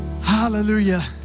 Hallelujah